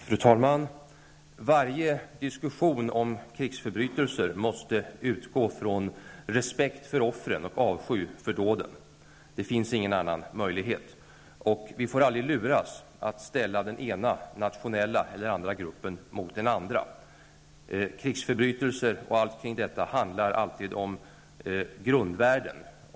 Fru talman! Varje diskussion om krigsförbrytelser måste utgå från respekt för offren och avsky för dåden. Det finns ingen annan möjlighet. Vi får aldrig luras att ställa den ena nationella eller andra gruppen mot den andra. Krigsförbrytelser och allt kring detta handlar alltid om grundvärden.